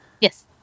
Yes